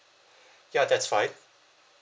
ya that's fine